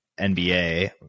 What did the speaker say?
NBA